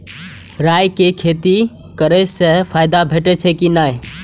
राय के खेती करे स फायदा भेटत की नै?